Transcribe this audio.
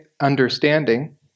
understanding